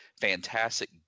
fantastic